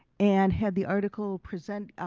and had the article present,